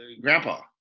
Grandpa